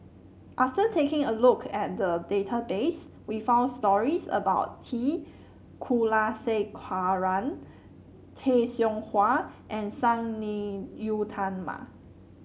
after taking a look at the database we found stories about T Kulasekaram Tay Seow Huah and Sang Nila Utama